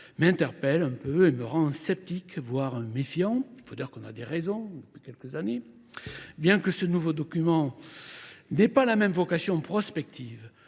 m'interpelle un peu et me rend sceptique voire méfiant. Il faut dire qu'on a des raisons depuis quelques années. Bien que ce nouveau document n'ait pas la même vocation prospective,